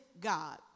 God